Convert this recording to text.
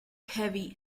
heavy